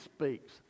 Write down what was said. speaks